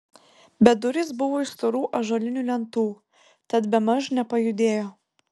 bet durys buvo iš storų ąžuolinių lentų tad bemaž nepajudėjo